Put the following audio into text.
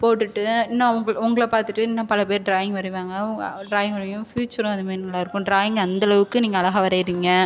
போட்டுவிட்டு இன்னும் அவுங் உங்களை பார்த்துட்டு இன்னும் பல பேர் ட்ராயிங் வரைவாங்க ட்ராயிங் வரையும் ஃப்யூச்சரும் அது மாதிரி நல்லாயிருக்கும் ட்ராயிங் அந்தளவுக்கு நீங்கள் அழகாக வரைகிறீங்க